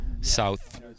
south